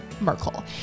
Merkel